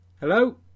hello